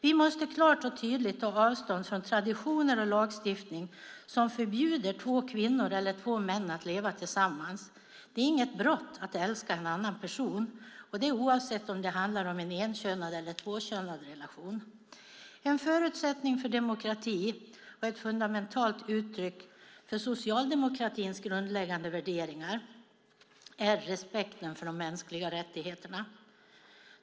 Vi måste klart och tydligt ta avstånd från traditioner och lagstiftning som förbjuder två kvinnor eller två män att leva tillsammans. Det är inget brott att älska en annan person, oavsett om det handlar om en enkönad eller tvåkönad relation. En förutsättning för demokrati och ett fundamentalt uttryck för socialdemokratins grundläggande värderingar är respekten för de mänskliga rättigheterna.